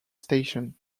station